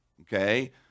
okay